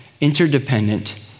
interdependent